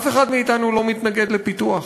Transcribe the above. אף אחד מאתנו לא מתנגד לפיתוח,